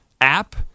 app